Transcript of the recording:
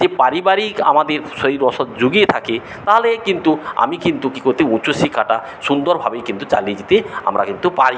যে পারিবারিক আমাদের সেই রসদ জুগিয়ে থাকে তাহলে কিন্তু আমি কিন্তু কী করতে উচ্চশিক্ষাটা সুন্দরভাবেই কিন্তু চালিয়ে যেতে আমরা কিন্তু পারি